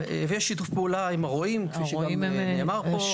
יש שיתוף פעולה עם הרועים, כפי שגם נאמר פה.